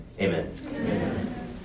Amen